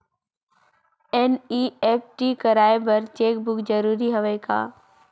NEFT कराय बर cheque book जरूरी हवय का?